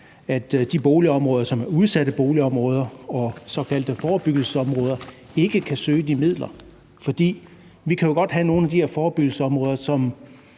at de boligområder, som er udsatte boligområder og såkaldte forebyggelsesområder, ikke kan søge de midler. Vi kan jo godt have nogle af de her forebyggelsesområder, hvor